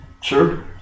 Sure